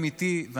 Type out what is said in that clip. הם איתי,